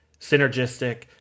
synergistic